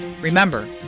Remember